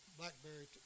Blackberry